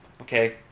okay